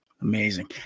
Amazing